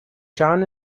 john